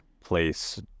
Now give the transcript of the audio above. place